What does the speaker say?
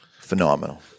Phenomenal